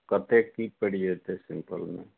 तऽ कतेक की पड़ि जेतै सिम्पलमे